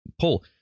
pull